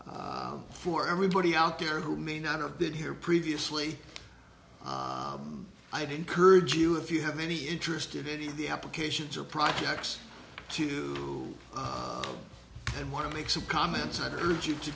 them for everybody out there who may not have been here previously i'd encourage you if you have any interest in any of the applications or projects to do and want to make some comments i'd urge you to